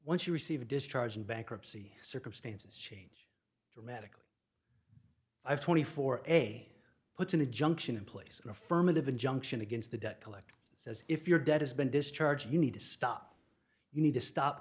once you receive a discharge and bankruptcy circumstances change dramatically i have twenty four f a a puts in a junction in place an affirmative injunction against the debt collector says if your debt has been discharged you need to stop you need to stop